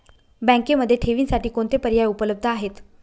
बँकेमध्ये ठेवींसाठी कोणते पर्याय उपलब्ध आहेत?